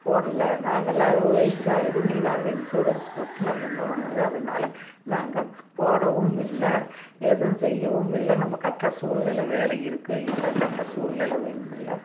போடலை நாங்களெலாம் அறுபது வயதுக்கு ஆகுது இனி நாங்க இன்சூரன்ஸ் போட்டு நம்ம என்ன பண்ணுறது அதனால நாங்கள் போடவும் இல்லை எதுவும் செய்யவும் இல்லை நம்ம கட்டுற சூழ்நெல வேலை இருக்குது இல்லை கட்டுற சூழ்நெல வேணுமில்லை